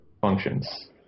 functions